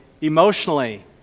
emotionally